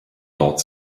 dort